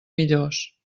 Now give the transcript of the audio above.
millors